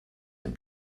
dem